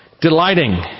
delighting